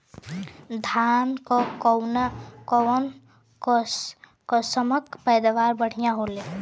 धान क कऊन कसमक पैदावार बढ़िया होले?